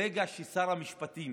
ברגע ששר המשפטים